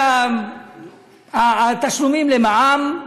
ותשלומים למע"מ,